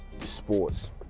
sports